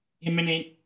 imminent